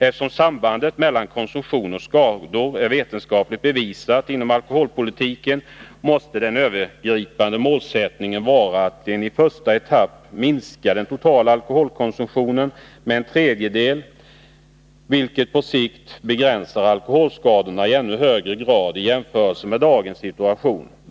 Eftersom sambandet mellan konsumtion och skador är vetenskapligt bevisat inom alkoholpolitiken, måste den övergripande målsättningen vara att i en första etapp minska den totala alkoholkonsumtionen med en tredjedel, vilket på sikt begränsar alkoholskadorna i ännu högre grad i jämförelse med dagens situation.